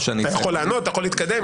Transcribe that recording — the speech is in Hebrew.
אתה יכול לענות, אתה יכול להתקדם.